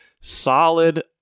solid